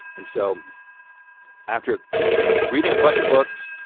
and so after reading a bunch of books,